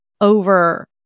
over